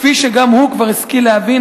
כפי שגם הוא כבר השכיל להבין,